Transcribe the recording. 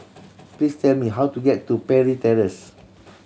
please tell me how to get to Parry Terrace